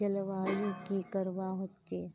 जलवायु की करवा होचे?